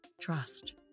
trust